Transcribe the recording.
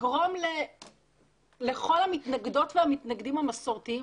יגרום לכל המתנגדות והמתנגדים המסורתיים